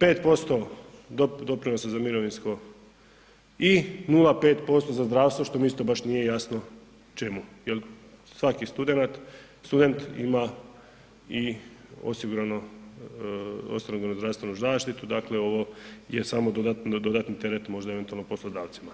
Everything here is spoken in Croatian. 5% doprinosa za mirovinsko i 0,5% za zdravstvo, što mi isto nije baš jasno čemu, jel svaki studenat, student ima i osigurano, osiguranu zdravstvenu zaštitu, dakle ovo je samo dodatni teret možda eventualno poslodavcima.